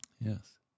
Yes